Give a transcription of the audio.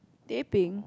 teh peng